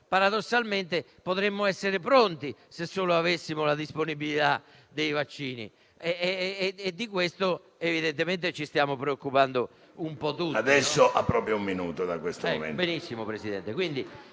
paradossalmente potremmo essere pronti, se solo avessimo la disponibilità dei vaccini, e di questo evidentemente ci stiamo preoccupando un po' tutti.